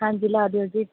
ਹਾਂਜੀ ਲਾ ਦਿਓ ਜੀ